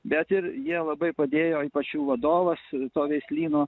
bet ir jie labai padėjo ypač jų vadovas to veislyno